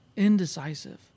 indecisive